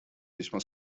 весьма